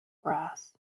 brass